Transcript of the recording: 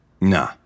Nah